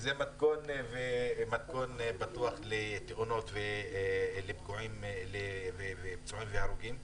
זה מתכון בטוח לתאונות ולפגועים, לפצועים והרוגים.